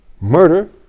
murder